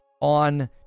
on